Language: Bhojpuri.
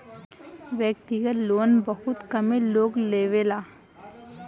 व्यक्तिगत लोन बहुत कमे लोग लेवेला